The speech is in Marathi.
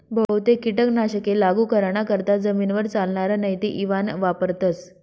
बहुतेक कीटक नाशके लागू कराना करता जमीनवर चालनार नेते इवान वापरथस